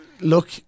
Look